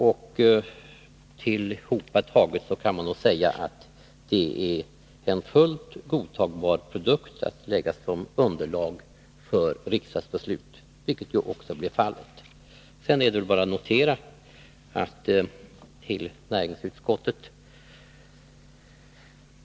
Man kan säga att det tillhopataget blev en fullt godtagbar produkt att lägga som underlag för ett riksdagsbeslut, vilket också skedde.